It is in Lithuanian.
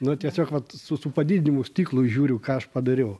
nu tiesiog vat su su padidinimu stiklu žiūriu ką aš padariau